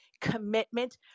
commitment